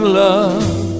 love